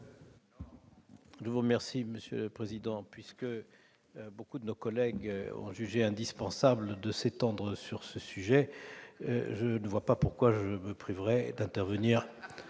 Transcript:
de la commission des lois. Puisque beaucoup de nos collègues ont jugé indispensable de s'étendre sur le sujet, je ne vois pas pourquoi je me priverais d'intervenir